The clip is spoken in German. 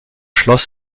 schloss